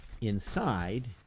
inside